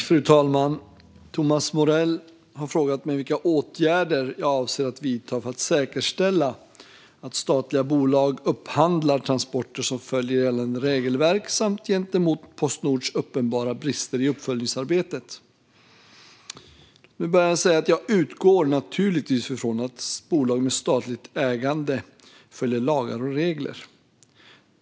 Fru talman! Thomas Morell har frågat mig vilka åtgärder jag avser att vidta för att säkerställa att statliga bolag upphandlar transporter som följer gällande regelverk samt gentemot Postnords uppenbara brister i uppföljningsarbetet. Jag vill säga att jag naturligtvis utgår ifrån att bolag med statligt ägande följer lagar och regler.